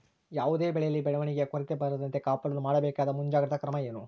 ಯಾವುದೇ ಬೆಳೆಯಲ್ಲಿ ಬೆಳವಣಿಗೆಯ ಕೊರತೆ ಬರದಂತೆ ಕಾಪಾಡಲು ಮಾಡಬೇಕಾದ ಮುಂಜಾಗ್ರತಾ ಕ್ರಮ ಏನು?